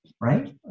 right